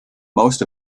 most